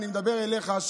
אני מדבר אליך,